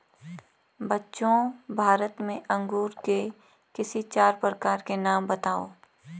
बच्चों भारत में अंगूर के किसी चार प्रकार के नाम बताओ?